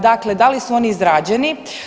Dakle, da li su oni izrađeni?